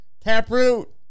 Taproot